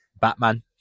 Batman